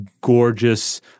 gorgeous